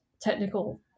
technical